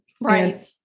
Right